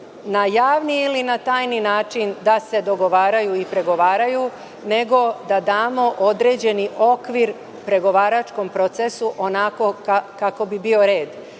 na javni ili na tajni način da se dogovaraju i pregovaraju, nego da damo određeni okvir pregovaračkom procesu, onako kako bi bio red. Na